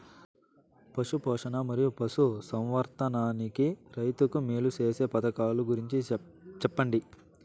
పశు పోషణ మరియు పశు సంవర్థకానికి రైతుకు మేలు సేసే పథకాలు గురించి చెప్పండి?